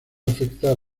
afectar